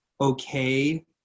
okay